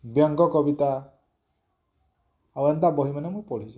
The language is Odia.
ବ୍ୟଙ୍ଗ କବିତା ଆଉ ଏନ୍ତା ବହି ମାନେ ମୁଁ ପଢ଼ିଛେଁ